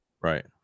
right